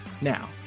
Now